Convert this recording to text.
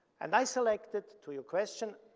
and i selected, to your question,